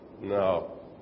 No